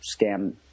scam